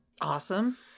Awesome